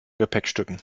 gepäckstücken